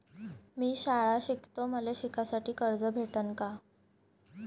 मी शाळा शिकतो, मले शिकासाठी कर्ज भेटन का?